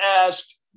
asked